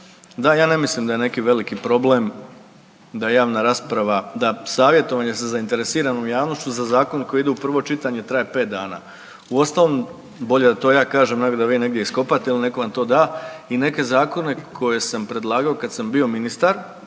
da ja ne mislim da je neki veliki problem da javnana rasprava, da savjetovanje sa zainteresiranom javnošću za zakon koji ide u prvo čitanje traje pet dana. Uostalom bolje da to ja kažem, nego da vi negdje iskopate ili netko vam to da. I neke zakone koje sam predlagao kad sam bio ministar